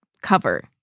cover